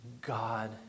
God